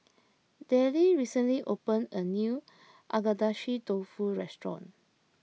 Dellie recently opened a new Agedashi Dofu restaurant